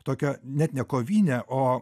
tokio net nekovinė o